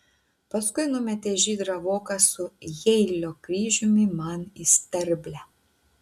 paskui numetė žydrą voką su jeilio kryžiumi man į sterblę